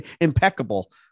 impeccable